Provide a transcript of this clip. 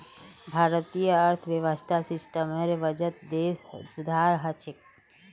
भारतीय अर्थव्यवस्था सिस्टमेर वजह देशत सुधार ह छेक